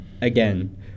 again